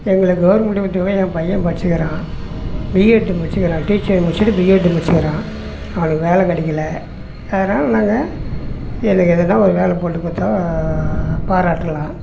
எங்களை கவர்ன்மெண்டு உத்தியோகம் என் பையன் படிச்சிக்கிறான் பிஎட்டு முடிச்சுக்குறான் டீச்சர் முடிச்சுட்டு பிஎட்டு முடிச்சுக்குறான் அவனுக்கு வேலை கிடைக்கல அதனால் நாங்கள் இதில் எதுனா ஒரு வேலைப்போட்டு கொடுத்தா பாராட்டலாம்